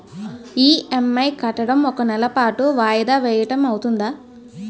EMI కట్టడం ఒక నెల పాటు వాయిదా వేయటం అవ్తుందా?